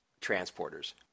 transporters